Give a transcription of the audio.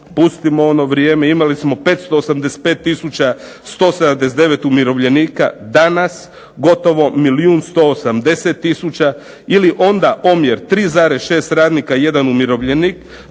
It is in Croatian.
pustimo ono vrijeme imali smo 585179 umirovljenika. Danas gotovo milijun 180000 ili onda omjer 3,6 radnika, jedan umirovljenik.